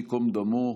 השם ייקום דמו,